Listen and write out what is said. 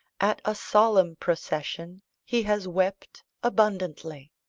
at a solemn procession he has wept abundantly.